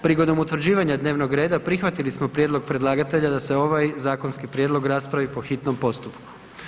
Prigodom utvrđivanja dnevnog reda prihvatili smo prijedlog predlagatelja da se ovaj zakonski prijedlog raspravi po hitnom postupku.